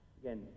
Again